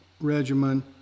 regimen